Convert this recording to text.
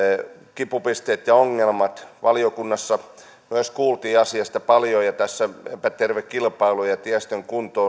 kipupisteet ja ongelmat valiokunnassa myös kuultiin asiasta paljon ja epäterve kilpailu ja tiestön kunto